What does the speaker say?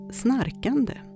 snarkande